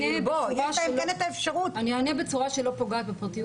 אני אענה בצורה שלא פוגעת בפרטיות